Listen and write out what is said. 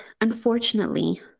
unfortunately